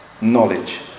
knowledge